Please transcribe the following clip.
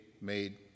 made